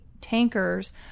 tankers